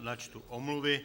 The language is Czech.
Načtu omluvy.